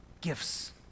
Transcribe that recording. gifts